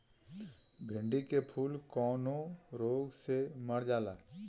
भिन्डी के फूल कौने रोग से मर जाला?